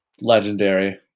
Legendary